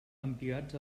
embigats